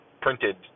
printed